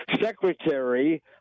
secretary